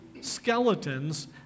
skeletons